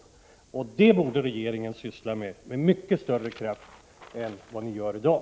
Att ändra på detta borde regeringen ägna sig åt med mycket större kraft än vad ni gör i dag.